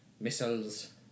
missiles